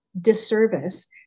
disservice